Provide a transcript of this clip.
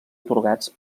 atorgats